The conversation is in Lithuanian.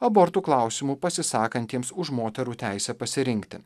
abortų klausimu pasisakantiems už moterų teisę pasirinkti